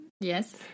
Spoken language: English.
Yes